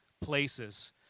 places